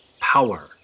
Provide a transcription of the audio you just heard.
power